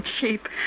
cheap